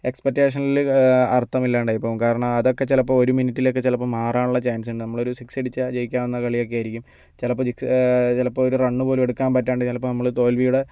എക്സ്പെക്റ്റേഷനിൽ അർത്ഥമില്ലാണ്ടായി പോകും കാരണം അതൊക്കെ ചിലപ്പോൾ ഒരു മിനിറ്റിലൊക്കെ ചിലപ്പം മാറാനുള്ള ചാൻസ് ഉണ്ടാകും നമ്മൾ ഒരു സിക്സ് അടിച്ചാൽ ജയിക്കാവുന്ന കളിയൊക്കെ ആയിരിക്കും ചിലപ്പോൾ സിക്സ് ചിലപ്പോൾ ഇത് റണ്ണ് പോലും എടുക്കാൻ പറ്റാണ്ട് ചിലപ്പോൾ നമ്മൾ തോൽവിയുടെ